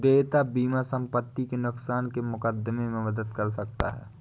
देयता बीमा संपत्ति के नुकसान के मुकदमे में मदद कर सकता है